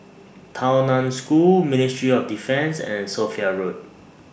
Tao NAN School Ministry of Defence and Sophia Road